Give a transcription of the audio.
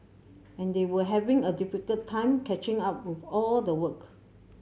and they were having a difficult time catching up with all the work